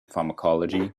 pharmacology